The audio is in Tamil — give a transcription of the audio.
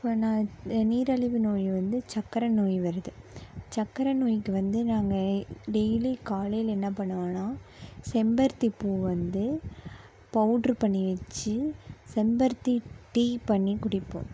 இப்போ நான் நீரழிவு நோய் வந்து சர்க்கரை நோய் வருது சர்க்கரை நோய்க்கு வந்து நாங்கள் டெய்லி காலையில் என்ன பண்ணுவோம்னால் செம்பருத்தி பூ வந்து பவுடர் பண்ணி வச்சு செம்பருத்தி டீ பண்ணி குடிப்போம்